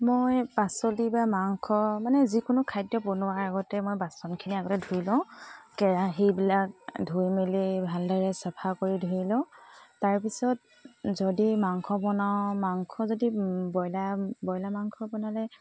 মই পাচলি বা মাংস মানে যিকোনো খাদ্য বনোৱাৰ আগতে মই বাচনখিনি আগতে ধুই লওঁ কেৰাহিবিলাক ধুই মেলি ভালদৰে চাফা কৰি ধুই লওঁ তাৰপিছত যদি মাংস বনাওঁ মাংস যদি ব্ৰইলাৰ ব্ৰইলাৰ মাংস বনালে